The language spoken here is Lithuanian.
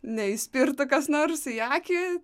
neįspirtų kas nors į akį